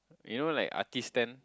you know like artists stand